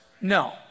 No